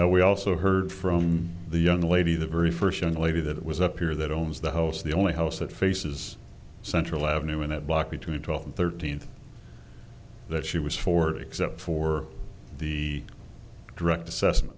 now we also heard from the young lady the very first lady that was up here that owns the house the only house that faces central avenue in a block between twelfth and thirteenth that she was forty except for the direct assessment